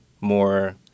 more